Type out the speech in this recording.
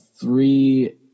three